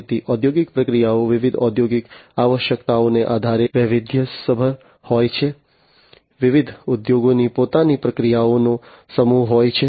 તેથી ઔદ્યોગિક પ્રક્રિયાઓ વિવિધ ઔદ્યોગિક આવશ્યકતાઓને આધારે વૈવિધ્યસભર હોય છે વિવિધ ઉદ્યોગોની પોતાની પ્રક્રિયાઓનો સમૂહ હોય છે